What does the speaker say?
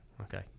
okay